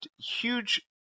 huge